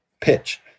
pitch